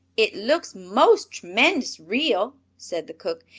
it looks most tremend'us real, said the cook.